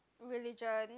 religion